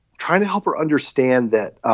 trying to help her understand that,